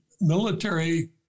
military